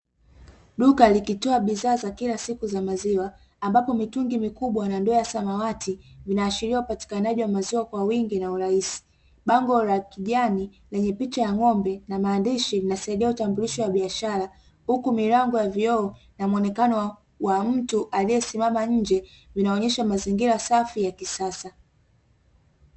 Duka likitoa bidhaa za kila siku za maziwa ambapo mitungi mikubwa na ndoo ya samawati vinashiria upatikanaji maziwa kwa wingi na urahisi. Bango la kijani na picha ya ng'ombe lenye maandishi linasaidi utambulisho wa biashara huku milango ya vioo na muonekano wa mtu aliye simama nje vinaonyesha mazingira safi ya kisasa.